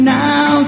now